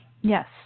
Yes